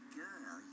girl